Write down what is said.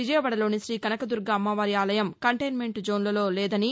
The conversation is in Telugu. విజయవాడలోని శ్రీకనకదుర్గ అమ్మవారి ఆలయం కంటైన్మెంట్ జోన్లో లేదని